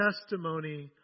testimony